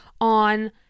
on